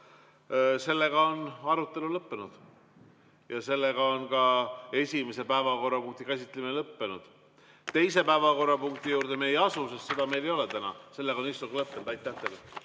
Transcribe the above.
Kallast. Arutelu on lõppenud ja sellega on ka esimese päevakorrapunkti käsitlemine lõppenud. Teise päevakorrapunkti juurde me ei asu, sest seda meil täna ei ole. Istung on lõppenud. Aitäh teile!